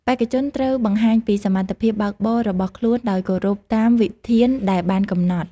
បេក្ខជនត្រូវបង្ហាញពីសមត្ថភាពបើកបររបស់ខ្លួនដោយគោរពតាមវិធានដែលបានកំណត់។